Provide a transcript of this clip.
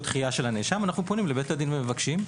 דחייה של הנאשם אנחנו פונים לבית הדין ומבקשים.